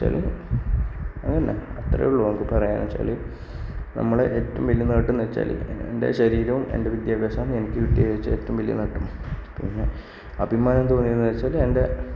എന്നു വെച്ചാല് അത് തന്നെ അത്രയും ഉള്ളു നമുക്ക് പറയാൻ എന്നു വെച്ചാല് നമ്മളുടെ ഏറ്റവുംവലിയ നേട്ടം എന്നു വെച്ചാല് എൻറെ ശരിരൂം എൻറെ വിദ്യാഭ്യാസം എനിക്ക് കിട്ടിയതില് ഏറ്റവുംവലിയ നേട്ടം പിന്നെ അഭിമാനം തോന്നുന്നത് എന്നു വെച്ചാല് എൻറെ